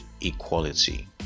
equality